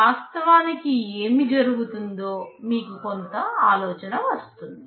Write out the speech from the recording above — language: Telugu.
వాస్తవానికి ఏమి జరుగుతుందో మీకు కొంత ఆలోచన వస్తుంది